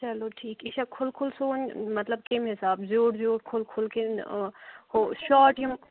چلو ٹھیٖک یہِ چھا کھُلہٕ کھُلہٕ سُوُن مطلب کمہِ حِسابہٕ زیوٗٹھ زیوٗٹھ کھُلہٕ کھُلہٕ کِنہٕ ہُہ شاٹ یِم